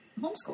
homeschool